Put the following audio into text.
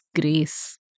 grace